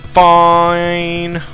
fine